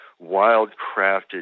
wild-crafted